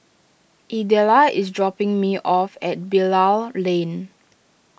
Idella is dropping me off at Bilal Lane